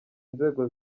nzego